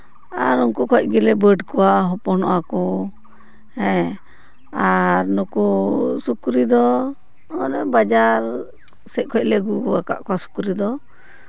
ᱟᱨ ᱩᱱᱠᱩ ᱠᱷᱚᱱ ᱜᱮᱞᱮ ᱵᱟᱹᱰ ᱠᱚᱣᱟ ᱦᱚᱯᱚᱱᱚᱜᱼᱟᱠᱚ ᱦᱮᱸ ᱟᱨ ᱱᱩᱠᱩ ᱥᱩᱠᱨᱤ ᱫᱚ ᱱᱚᱸᱰᱮ ᱵᱟᱡᱟᱨ ᱥᱮᱫ ᱠᱷᱚᱱ ᱞᱮ ᱟᱹᱜᱩ ᱠᱟᱜ ᱠᱚᱣᱟ ᱥᱩᱠᱨᱤ ᱫᱚ